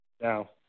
Now